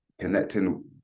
connecting